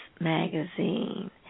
magazine